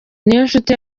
niyonshuti